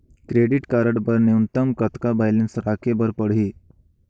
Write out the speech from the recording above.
Credit card बर न्यूनतम कतका बैलेंस राखे बर पड़ही?